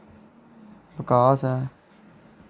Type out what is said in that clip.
वकास ऐ